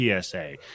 PSA